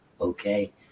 okay